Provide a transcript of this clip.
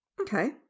Okay